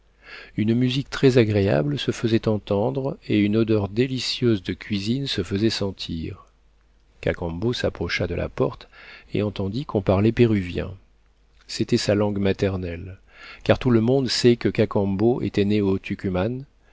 une musique très agréable se fesait entendre et une odeur délicieuse de cuisine se fesait sentir cacambo s'approcha de la porte et entendit qu'on parlait péruvien c'était sa langue maternelle car tout le monde sait que cacambo était né au tucuman